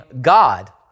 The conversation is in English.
God